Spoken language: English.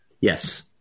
Yes